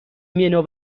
منو